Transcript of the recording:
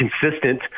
consistent